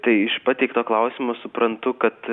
tai iš pateikto klausimo suprantu kad